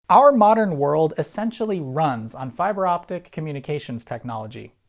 our modern world essentially runs on fiber optic communication technology.